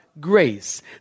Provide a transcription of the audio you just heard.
grace